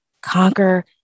conquer